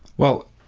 well,